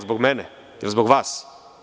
Zbog mene, zbog vas?